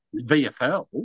VFL